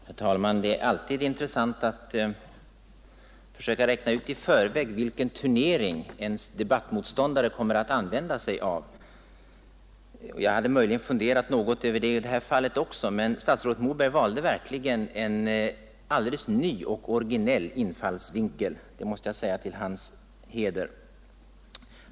Herr talman! Det är alltid intressant att försöka räkna ut i förväg vilken turnering ens debattmotståndare kommer att använda sig av. Jag hade nog funderat över det i detta fall också, men statsrådet Moberg valde verkligen en alldeles ny och originell infallsvinkel — det måste jag säga till hans heder.